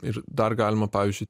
ir dar galima pavyzdžiui